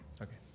okay